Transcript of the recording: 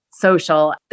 social